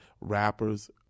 rappers